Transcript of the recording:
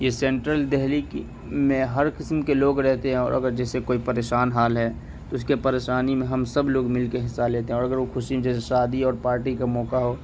یہ سینٹرل دہلی کی میں ہر قسم کے لوگ رہتے ہیں اور اگر جیسے کوئی پریشان حال ہے اس کے پریشانی میں ہم سب لوگ مل کے حصہ لیتے ہیں اور وہ خوشی جیسے شادی اور پارٹی کا موقع ہو